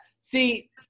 See –